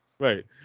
Right